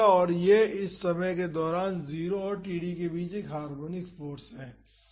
तो यह इस समय के दौरान 0 और td के बीच एक हार्मोनिक फाॅर्स है